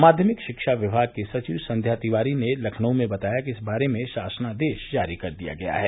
माध्यमिक शिक्षा विभाग की सचिव संध्या तिवारी ने लखनऊ में बताया कि इस बारे में शासनादेश जारी कर दिया है